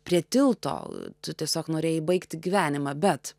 prie tilto tu tiesiog norėjai baigti gyvenimą bet